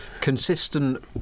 consistent